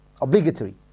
Obligatory